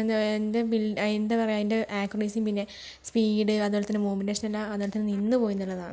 എന്താ അതിൻ്റെ ബില്ല് എന്താ പറയുക അതിൻ്റെ ആക്കുറസിയും പിന്നെ സ്പീഡ് അത് പോലെ തന്നെ മൂമന്റേഷൻ എല്ലാം അതുപോലെ തന്നെ നിന്ന് പോയിയെന്നുള്ളതാണ്